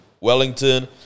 Wellington